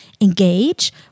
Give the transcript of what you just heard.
engage